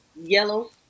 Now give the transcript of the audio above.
Yellow